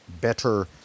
Better